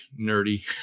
nerdy